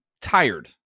tired